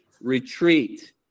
retreat